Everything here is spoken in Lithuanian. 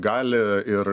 gali ir